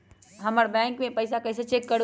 हमर बैंक में पईसा कईसे चेक करु?